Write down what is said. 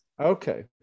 okay